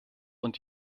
und